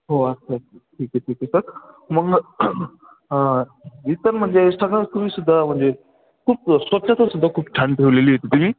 हो अच्छा अच्छा ठीक आहे ठीक आहे सर मग रिटर्न म्हणजे सगळंच तुम्ही सुद्धा म्हणजे खूप स्वच्छता सुद्धा खूप छान ठेवलेली होती तुम्ही